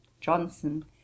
Johnson